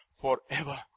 forever